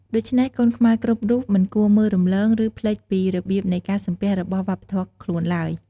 ដូច្នេះកូនខ្មែរគ្រប់រូបមិនគួរមើលរំលង ឬ ភ្លេចពីរបៀបនៃការសំពះរបស់វប្បធម៌ខ្លួនឡើយ។